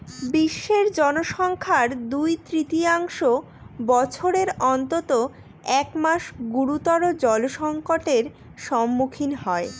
বিশ্বের জনসংখ্যার দুই তৃতীয়াংশ বছরের অন্তত এক মাস গুরুতর জলসংকটের সম্মুখীন হয়